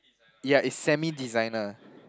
ya is semi designer